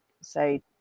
say